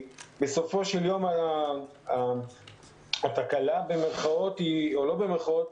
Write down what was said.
בסופו של יום התקלה, במירכאות או לא במירכאות,